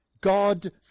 God